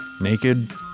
Naked